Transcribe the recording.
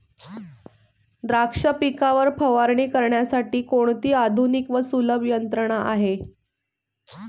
द्राक्ष पिकावर फवारणी करण्यासाठी कोणती आधुनिक व सुलभ यंत्रणा आहे?